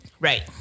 Right